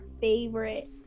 favorite